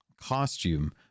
Costume